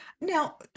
Now